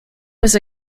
was